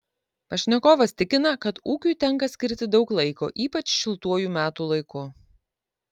pašnekovas tikina kad ūkiui tenka skirti daug laiko ypač šiltuoju metų laiku